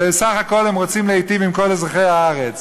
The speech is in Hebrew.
וסך הכול הם רוצים להיטיב עם כל אזרחי הארץ.